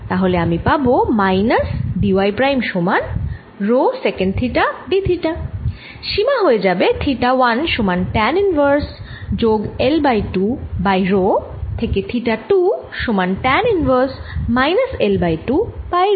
তাহলে আমি পাবো মাইনাস d y প্রাইম সমান rho secant theta d theta সীমা হয়ে যাবে থিটা 1 সমান ট্যান ইনভার্স y যোগ L বাই 2 বাই রো থেকে থিটা 2 সমান tan inverse y minus L by 2 by rho